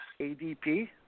ADP